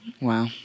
Wow